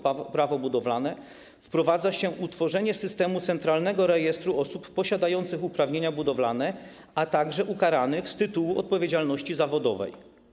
Prawo budowlane wprowadza się utworzenie systemu centralnego rejestru osób posiadających uprawnienia budowlane, a także ukaranych z tytułu odpowiedzialności zawodowej.